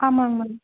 ஆமாங்க மேம்